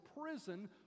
prison